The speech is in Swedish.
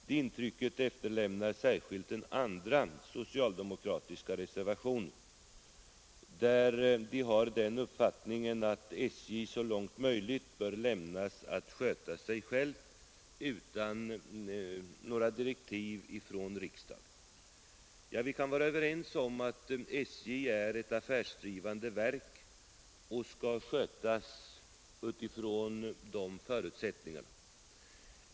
Det intrycket efterlämnar särskilt den andra socialdemokratiska reservationen, där den uppfattningen framkommer att SJ så långt möjligt bör lämnas att sköta sig självt utan några direktiv från riksdagen. Vi kan väl vara överens om att SJ är ett affärsdrivande verk och skall skötas från den förutsättningen.